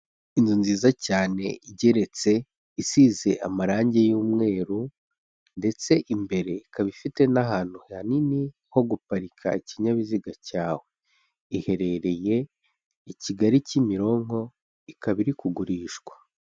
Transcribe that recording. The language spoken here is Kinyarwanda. Inzu nziza cyane igeretse isize amarangi y'umweru ndetse imbere ikaba ifite n'ahantu hanini ho guparika ikinyabiziga cyawe, iherereye i Kigali Kimironko ikaba iri kugurishwa.